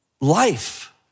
life